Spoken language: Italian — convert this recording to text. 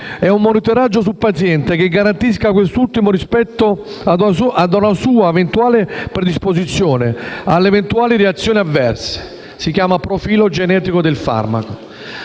e un monitoraggio sul paziente, che garantisca quest'ultimo rispetto ad una sua eventuale predisposizione alle eventuali reazioni avverse: si chiama profilo genetico del farmaco.